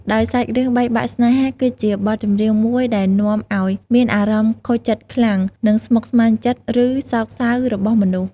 ដោយសាច់រឿងបែកបាក់ស្នេហា គឺជាបទចម្រៀងមួយដែលនាំអោយមានអារម្មណ៍ខូចចិត្តខ្លាំង និងស្មុគស្មាញចិត្តឬសោកសៅរបស់មនុស្ស។